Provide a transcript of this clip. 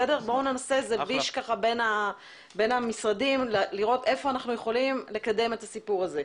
נעבור בין המשרדים כדי לראות היכן אנחנו יכולים לקדם את הנושא הזה.